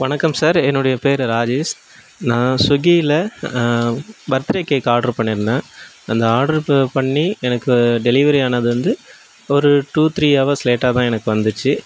வணக்கம் சார் என்னுடைய பேர் ராஜேஷ் நான் சுவிக்கியில் பர்த்து டே கேக் ஆர்டரு பண்ணியிருந்தேன் அந்த ஆர்டரு இப்போ பண்ணி எனக்கு டெலிவரி ஆனது வந்து ஒரு டூ த்ரீ ஹவர்ஸ் லேட்டாக தான் எனக்கு வந்துச்சு